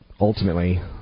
ultimately